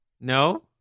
No